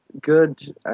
good